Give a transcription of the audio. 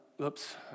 oops